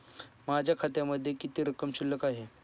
माझ्या खात्यामध्ये किती रक्कम शिल्लक आहे?